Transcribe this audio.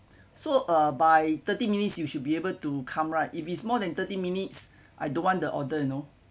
so uh by thirty minutes you should be able to come right if it's more than thirty minutes I don't want the order you know